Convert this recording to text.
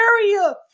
Area